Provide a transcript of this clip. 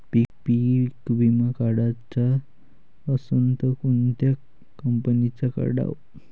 पीक विमा काढाचा असन त कोनत्या कंपनीचा काढाव?